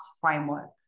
framework